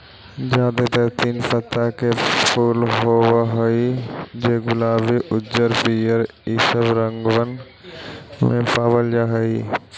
जादेतर तीन पत्ता के फूल होब हई जे गुलाबी उज्जर पीअर ईसब रंगबन में पाबल जा हई